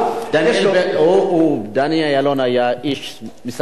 בוא נגיד ככה, דני אילון היה איש משרד החוץ.